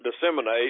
disseminate